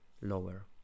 lower